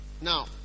now